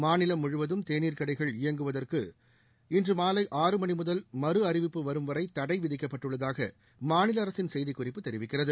மாநிலம் முழுவதும் தேநீர் கடைகள் இயங்குவதற்கு இம்மாலை ஆறு மணி முதல் மறு அறிவிப்பு வரும் வரை தடை விதிக்பப்ட்டுள்ளதாக மாநில அரசின் செய்திக்குறிப்பு தெரிவிக்கிறது